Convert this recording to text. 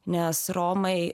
nes romai